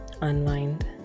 unwind